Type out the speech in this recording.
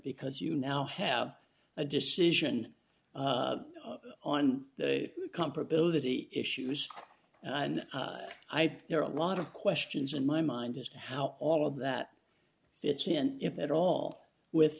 because you now have a decision on the comparability issues and i think there are a lot of questions in my mind as to how all of that fits in if at all with